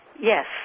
yes